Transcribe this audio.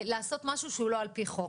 לעשות משהו שהוא לא על פי חוק,